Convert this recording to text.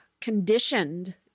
conditioned